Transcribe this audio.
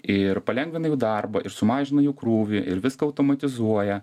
ir palengvina jų darbą ir sumažina jų krūvį ir viską automatizuoja